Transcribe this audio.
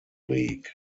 league